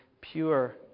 pure